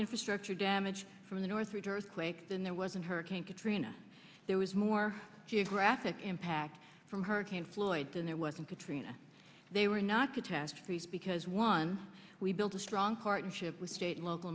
infrastructure damage from the northridge earthquake than there was in hurricane katrina there was more geographic impact from hurricane floyd than there was in katrina they were not catastrophes because once we built a strong partnership with state and local